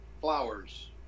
flowers